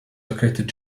located